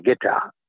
guitar